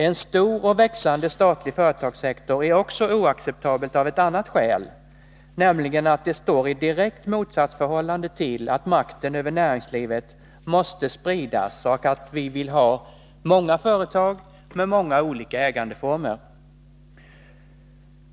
En stor och växande statlig företagssektor är också oacceptabel av ett annat skäl, nämligen att det står i direkt motsatsförhållande till att makten över näringslivet måste spridas och att vi vill ha många företag med många olika ägandeformer.